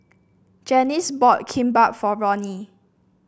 Janis bought Kimbap for Roni